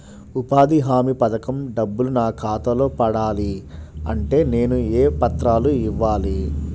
ఉపాధి హామీ పథకం డబ్బులు నా ఖాతాలో పడాలి అంటే నేను ఏ పత్రాలు ఇవ్వాలి?